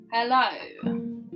Hello